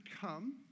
come